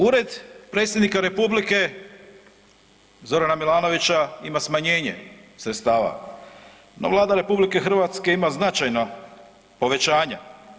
Ured predsjednika republike Zorana Milanovića ima smanjenje sredstava, no Vlada RH ima značajna povećanja.